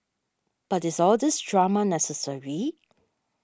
but is all these drama necessary